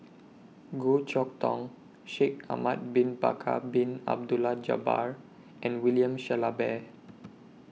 Goh Chok Tong Shaikh Ahmad Bin Bakar Bin Abdullah Jabbar and William Shellabear